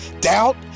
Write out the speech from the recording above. doubt